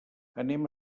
anem